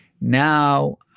Now